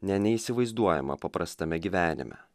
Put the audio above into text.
ne neįsivaizduojamą paprastame gyvenime